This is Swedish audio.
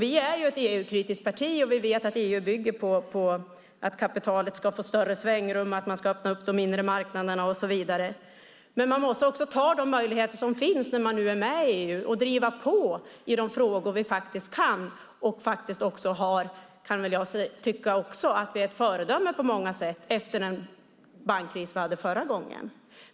Vi är ett EU-kritiskt parti, och vi vet att EU bygger på att kapitalet ska få större svängrum, att man ska öppna upp de inre marknaderna och så vidare. Men när vi nu är med i EU måste vi också ta de möjligheter som finns och driva på i de frågor vi kan och där vi också är, kan jag tycka, ett föredöme på många sätt efter den bankkris vi hade förra gången.